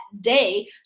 day